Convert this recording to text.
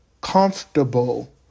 comfortable